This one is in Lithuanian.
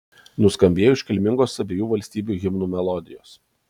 nuskambėjo iškilmingos abiejų valstybių himnų melodijos